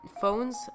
phones